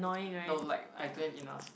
no like I don't have enough